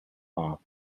off